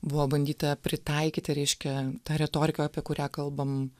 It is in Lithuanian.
buvo bandyta pritaikyti reiškia tą retoriką apie kurią kalbam